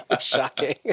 shocking